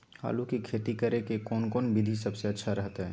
आलू की खेती करें के कौन कौन विधि सबसे अच्छा रहतय?